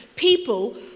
people